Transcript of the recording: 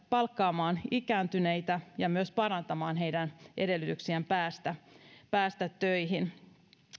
palkkaamaan ikääntyneitä ja myös parantamaan heidän edellytyksiään päästä päästä töihin